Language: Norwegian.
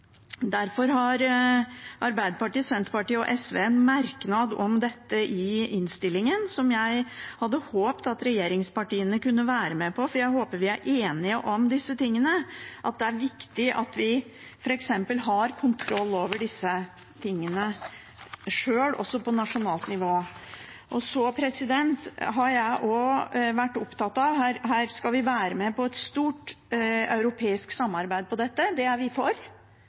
Derfor har Arbeiderpartiet, Senterpartiet og SV en merknad om dette i innstillingen, som jeg hadde håpet at regjeringspartiene kunne være med på, for jeg håper at vi er enige om disse tingene, f.eks. at det er viktig at vi har kontroll over disse tingene sjøl, også på nasjonalt nivå. Jeg har også vært opptatt av at her skal vi være med på et stort europeisk samarbeid om dette. Det er vi for,